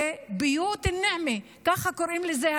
ביות א-נעמי, כך קוראים לזה.